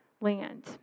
land